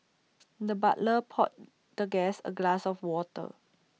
the butler poured the guest A glass of water